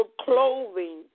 clothing